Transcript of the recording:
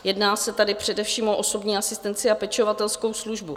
Jedná se tady především o osobní asistenci a pečovatelskou službu.